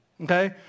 okay